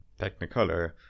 technicolor